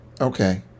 Okay